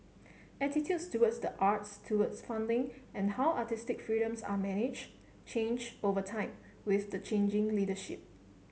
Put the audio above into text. attitudes towards the arts towards funding and how artistic freedoms are manage change over time with the changing leadership